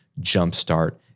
jumpstart